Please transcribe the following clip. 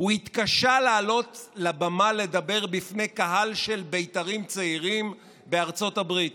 הוא התקשה לעלות לבמה לדבר בפני קהל של בית"רים צעירים בארצות הברית,